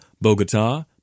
Bogota